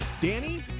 Danny